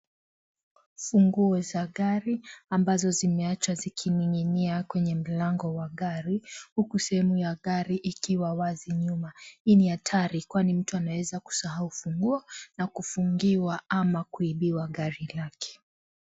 Funguo za gari ambazo zimeachwa zikining'inia kwenye mlango wa gari huku sehemu ya gari ikiwa wazi nyuma hii ni hatari kwani mtu anaweza kusahau funguo na kufungiwa ama kuibiwa gari lake.